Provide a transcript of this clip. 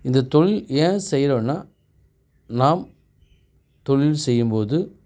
இந்த தொழில் ஏன் செய்கிறோன்னா நாம் தொழில் செய்யும் போது